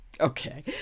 okay